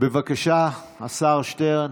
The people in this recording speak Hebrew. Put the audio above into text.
השר שטרן.